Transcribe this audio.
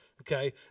Okay